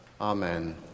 Amen